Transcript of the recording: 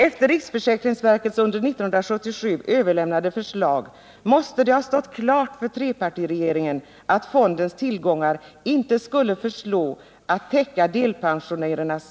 Efter riksförsäkringsverkets under 1977 avlämnade förslag måste det ha stått klart för trepartiregeringen att fondens tillgångar inte skulle förslå att täcka